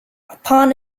upon